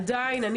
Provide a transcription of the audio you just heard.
ועדיין,